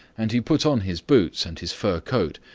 and he put on his boots and his fur coat,